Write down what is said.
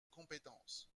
compétence